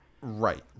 Right